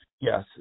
Yes